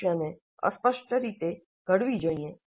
સમસ્યાને અસ્પષ્ટ રીતે ઘડવી જોઈએ